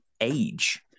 age